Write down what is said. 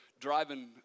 driving